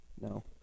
No